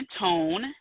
tone